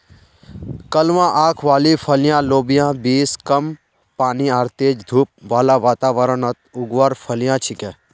कलवा आंख वाली फलियाँ लोबिया बींस कम पानी आर तेज धूप बाला वातावरणत उगवार फलियां छिके